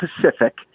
Pacific